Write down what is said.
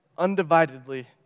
undividedly